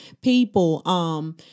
people